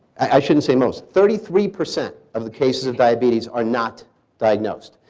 i shouldn't say most, thirty three percent of the cases of diabetes are not diagnosed.